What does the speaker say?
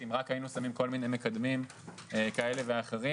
אם רק היינו שמים כל מיני מקדמים כאלה ואחרים.